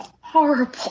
horrible